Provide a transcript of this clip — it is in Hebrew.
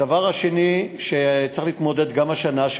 דבר שני שצריך להתמודד אתו גם השנה,